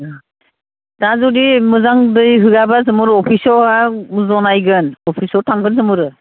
दा जुदि मोजां दै होआब्ला जोंबो अफिसारनाव जनायगोन अफिसाव थांगोन जोंफोरो